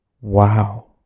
Wow